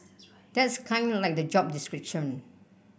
that's kinda like the job description